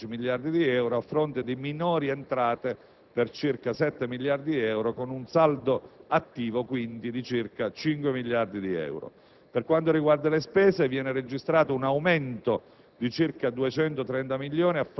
nell'emendamento del Governo, si prevedono infatti maggiori entrate per oltre 12 miliardi di euro, a fronte di minori entrate per circa 7 miliardi di euro, con un saldo attivo quindi di circa 5 miliardi di euro.